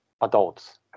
adults